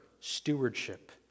stewardship